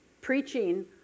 preaching